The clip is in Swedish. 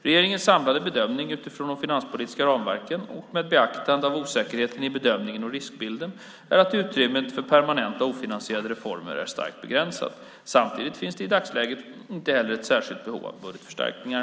Regeringens samlade bedömning, utifrån det finanspolitiska ramverket och med beaktande av osäkerheten i bedömningen och riskbilden, är att utrymmet för permanenta ofinansierade reformer är starkt begränsat. Samtidigt finns det i dagsläget inte heller ett särskilt behov av budgetförstärkningar.